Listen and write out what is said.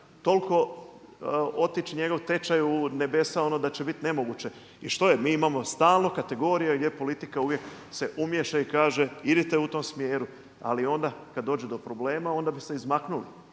toliko otići njegov tečaj u nebesa ono da će biti nemoguće. I što je, mi imamo stalno kategorija gdje politika uvijek se umiješa i kaže idite u tom smjeru. Ali onda kad dođe do problema onda bi se izmaknuli.